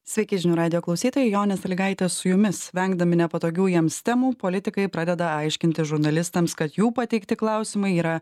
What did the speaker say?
sveiki žinių radijo klausytojai jonė salygaitė su jumis vengdami nepatogių jiems temų politikai pradeda aiškinti žurnalistams kad jų pateikti klausimai yra